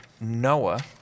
Noah